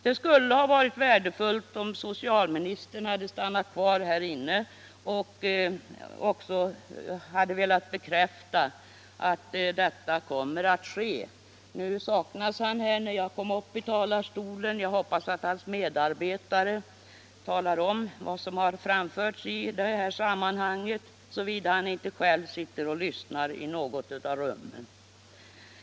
Det skulle ha varit värdefullt om socialministern hade stannat kvar i kammaren och velat bekräfta att ett förslag kommer. Nu saknas han här när jag kommer upp i talarstolen så jag hoppas att hans medarbetare talar om vad som framförts i det här sammanhanget, såvida han inte själv sitter och lyssnar i något av rummen.